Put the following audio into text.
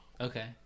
Okay